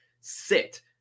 sit